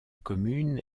commune